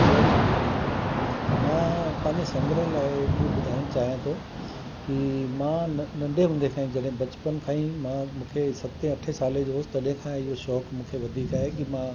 जय झूलेलाल मां पंहिंजे संग्रह लाइ इहे इहो ॿुधाइण चाहियां थो की मां नंढे हूंदे खां जॾहिं बचपन खां ई मां मूंखे सते अठे साल जो तॾहिं खां इहो शौक़ु मूंखे वधीक आहे की मां